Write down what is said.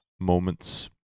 moments